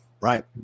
Right